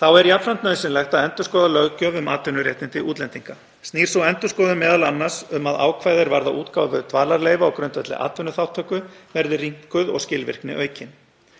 Þá er jafnframt nauðsynlegt að endurskoða löggjöf um atvinnuréttindi útlendinga. Snýr sú endurskoðun m.a. um að ákvæði er varða útgáfu dvalarleyfa á grundvelli atvinnuþátttöku verði rýmkuð og skilvirkni aukin.